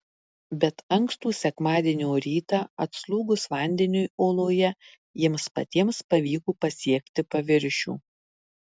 bet ankstų sekmadienio rytą atslūgus vandeniui oloje jiems patiems pavyko pasiekti paviršių